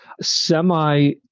semi